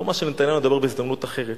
על נאומו של נתניהו נדבר בהזדמנות אחרת.